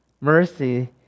mercy